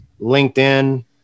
LinkedIn